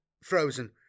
frozen